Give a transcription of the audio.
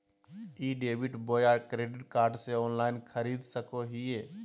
ई debit बोया credit card से online खरीद सको हिए?